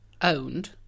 owned